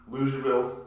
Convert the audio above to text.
Louisville